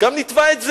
גם נתבע את זה?